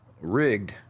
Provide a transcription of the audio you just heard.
rigged